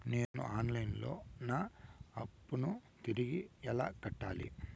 నేను online లో నా అప్పును తిరిగి ఎలా కట్టాలి?